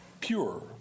pure